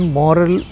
moral